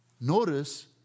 Notice